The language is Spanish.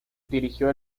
dirigió